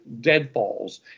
deadfalls